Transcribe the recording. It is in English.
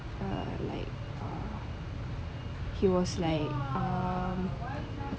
err like err he was like err